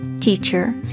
teacher